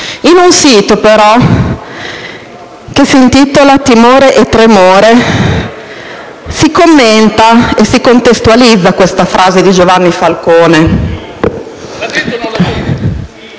in un sito che si intitola «Timoretremore» si commenta e si contestualizza questa frase di Giovanni Falcone.